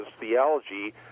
theology